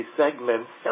segments